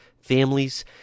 families